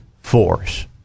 force